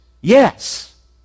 yes